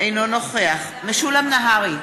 אינו נוכח משולם נהרי,